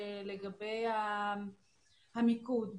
לגבי המיקוד,